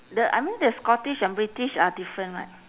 the I mean the scottish and british are different right